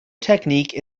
technique